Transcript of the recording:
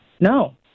no